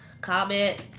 comment